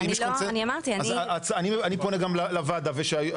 לא, אני אמרתי --- אז אם יש קונצנזוס, אז